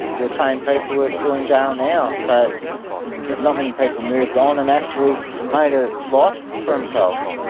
the same people are still in jail now, so not many people moved on and actually made a life for themselves.